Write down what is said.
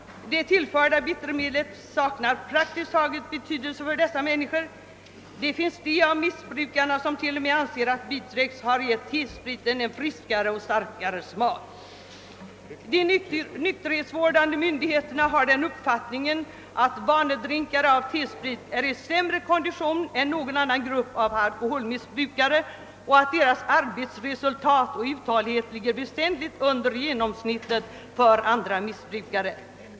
Det tillförda bittermedlet saknar praktiskt taget betydelse, en del av missbrukarna anser t.o.m. att bitrex har gett T-spriten en friskare och starkare smak. De nykterhetsvårdande myndigheterna har den uppfattningen att vanedrinkare av T-sprit är i sämre kondition än någon annan grupp av alkoholmissbrukare och att deras arbetsresultat och uthållighet ligger väsentligt under genomsnittet för andra missbrukare.